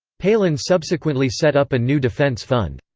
palin subsequently set up a new defense fund.